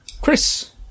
Chris